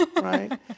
right